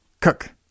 Cook